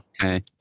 Okay